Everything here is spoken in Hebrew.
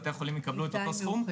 בתי החולים יקבלו את אותו סכום,